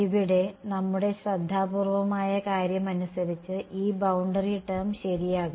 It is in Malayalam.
ഇവിടെ നമ്മുടെ ശ്രദ്ധാപൂർവമായ കാര്യമനുസരിച്ച് ഈ ബൌണ്ടറി ടേo ശരിയാകും